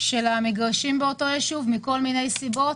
של המגרשים ביישוב לא התקדם מכל מיני סיבות.